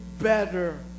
better